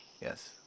Yes